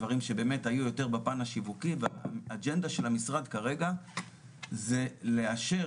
דברים שבאמת היו יותר בפן השיווקי והאג'נדה של המשרד כרגע זה לאשר